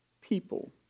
people